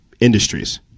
industries